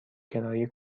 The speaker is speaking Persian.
کرایه